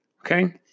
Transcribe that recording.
okay